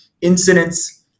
incidents